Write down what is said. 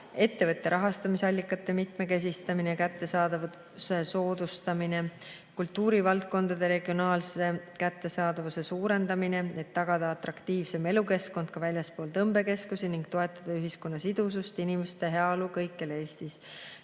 ettevõtete rahastamisallikate mitmekesistamine ja kättesaadavuse soodustamine; kultuurivaldkondade regionaalse kättesaadavuse suurendamine, et tagada atraktiivsem elukeskkond ka väljaspool tõmbekeskusi ning toetada ühiskonna sidusust ja inimeste heaolu kõikjal Eestis;